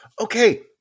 Okay